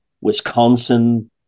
wisconsin